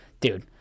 Dude